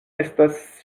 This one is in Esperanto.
estas